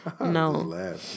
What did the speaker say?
no